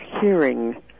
hearing